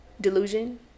Delusion